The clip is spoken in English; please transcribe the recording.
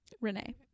Renee